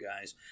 guys